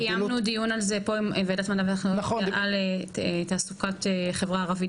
קיימנו דיון על זה פה, על תעסוקת חברה ערבית.